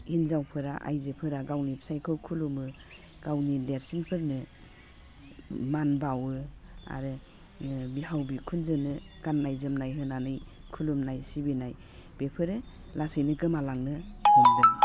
हिन्जावफोरा आइजोफोरा गावनि फिसाइखौ खुलुमो गावनि देरसिनफोरनो मान बावो आरो बिहाव बिखुनजोनो गाननाय जोमनाय होनानै खुलुमनाय सिबिनाय बेफोरो लासैनो गोमालांनो हमदों